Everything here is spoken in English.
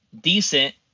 decent